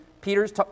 Peter's